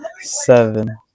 Seven